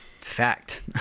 fact